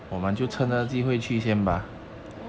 so 我们去 so